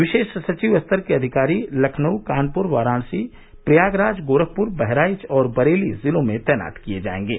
विशेष सचिव स्तर के अधिकारी लखनऊ कानपुर वाराणसी प्रयागराज गोरखप्र बहराइच और बरेली जिलों में तैनात किये जायेंगे